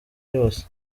yose